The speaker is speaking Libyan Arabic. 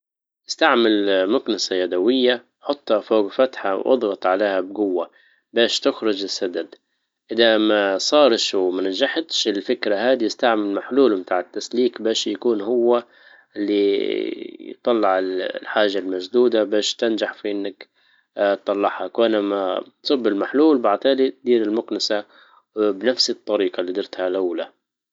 استعمل مكنسة يدوية حطها فوج الفتحة واضغط عليها بجوة باش تخرج السدد اذا ما صارش وما نجحتش الفكرة هذي استعمل محلول بتاع التسليك باش يكون هو اللي يطلع الحاجة المسدودة باش تنجح في انك تطلعها كون ما تصب المحلول باعتهالي دير المكنسة بنفس الطريقة اللي ديرتها الاولى